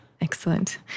Excellent